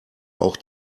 auch